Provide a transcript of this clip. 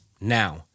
Now